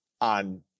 on